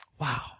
Wow